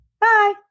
Bye